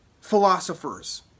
philosophers